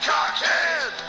Cockhead